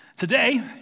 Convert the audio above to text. Today